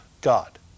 God